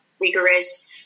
rigorous